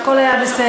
והכול היה בסדר,